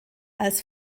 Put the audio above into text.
als